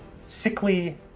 sickly